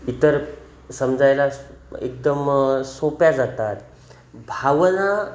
इतर समजायला एकदम सोप्या जातात भावना